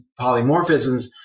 polymorphisms